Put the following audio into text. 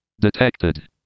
detected